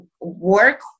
work